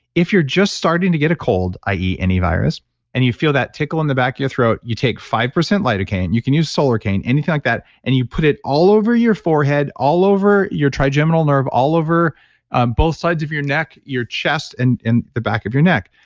if you're just starting to get a cold, i e. any virus and you feel that tickle in the back of your throat, you take five percent lidocaine, you can use solarcaine, anything like that and you put it all over your forehead, all over your trigeminal nerve, all over both sides of your neck, your chest and the back of your neck.